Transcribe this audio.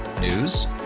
News